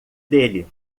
dele